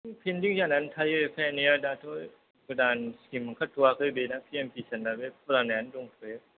पेनडिं जानानै थायो फैनाया दाथ' गोदान स्किम ओंखारथयाखै बेनो पि एम किसानानो फुरानायानो दंथयो